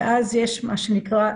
ואז יש מה שנקרא ציוות.